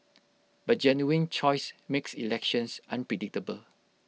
but genuine choice makes elections unpredictable